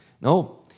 no